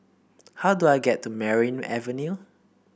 how do I get to Merryn Avenue